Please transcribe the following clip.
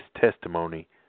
testimony